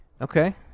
Okay